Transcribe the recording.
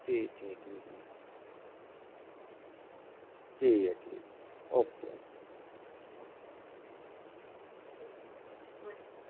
ठीक ठीक ठीक ठीक ऐ ठीक ओके